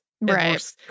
Right